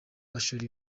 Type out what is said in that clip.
gashora